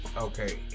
Okay